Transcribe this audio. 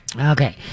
Okay